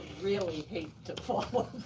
really hate to follow